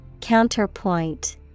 Counterpoint